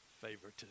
favoritism